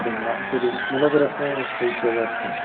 அப்படிங்களா சரி மிளகு ரசம் ஸ்பைசியாகதான் இருக்கும்